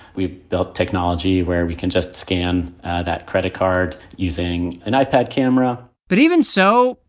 we've built technology where we can just scan that credit card using an ipad camera but even so,